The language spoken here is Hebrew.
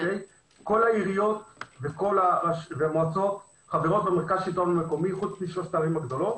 כל העיריות והמועצות חברות במרכז השלטון המקומי חוץ משלוש הערים הגדולות